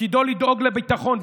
תפקידו לדאוג לביטחון,